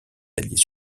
alliés